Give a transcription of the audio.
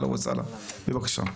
אהלן וסהלן, בבקשה.